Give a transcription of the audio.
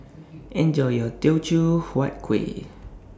Enjoy your Teochew Huat Kuih